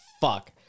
fuck